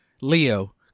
leo